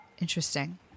Interesting